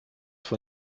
von